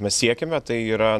mes siekiame tai yra